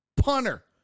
punter